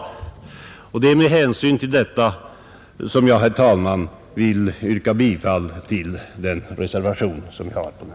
Det är med hänsyn till detta som jag, herr talman, vill yrka birall till reservationen 1 vid punkten 12.